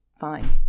fine